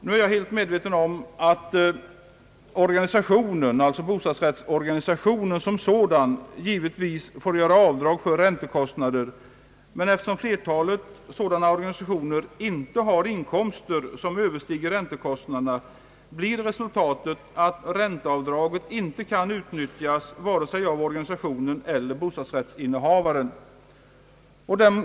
Nu är jag helt medveten om att bostadsrättsorganisationen som sådan får göra avdrag för räntekostnader, men eftersom flertalet sådana organisationer inte har inkomster som överstiger räntekostnaderna blir resultatet att ränteavdraget inte kan utnyttjas, vare sig av organisationen eller av bostadsrättsinnehavaren.